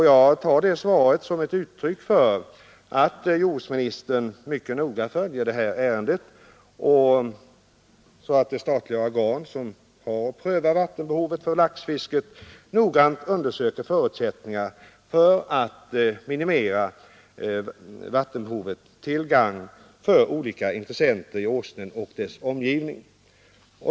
Jag tar det svaret som ett uttryck för att jordbruksministern mycket noga följer det här ärendet, så att det statliga organ som har att pröva vattenbehovet för laxfisket noggrant undersöker förutsättningarna för att minimera vattenbehovet till gagn för olika intressenter i Åsnen och dess omgivning.